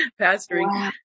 pastoring